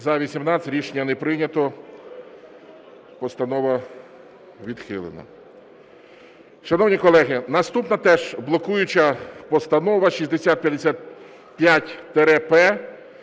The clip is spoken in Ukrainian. За-18 Рішення не прийнято. Постанова відхилена. Шановні колеги, наступна теж блокуюча Постанова 6055-П.